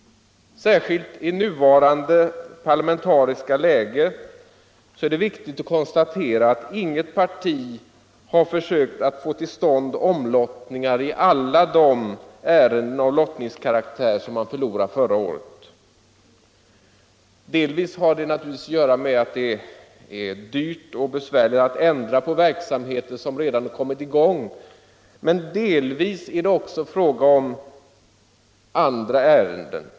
I nuvarande parlamentariska läge är det viktigt att konstatera att inget parti har försökt att få till stånd omlottningar i alla de ärenden av lottningskaraktär man förlorade förra året. Delvis har det naturligtvis att göra med att det är dyrt och besvärligt att ändra verksamheter som redan kommit i gång, men delvis är det också fråga om andra orsaker.